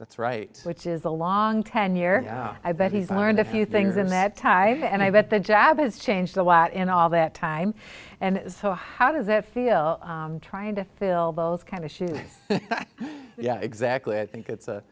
that's right which is a long ten year i bet he's learned a few things in that time and i bet the jab has changed a lot in all that time and so how does that feel trying to fill both kind of shoes yeah exactly i think it's a